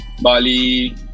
Bali